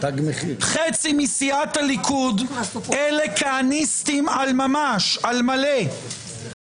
חצי מסיעת הליכוד מונה כהניסטים על מלא שממש